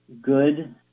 good